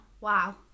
Wow